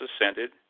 ascended